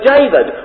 David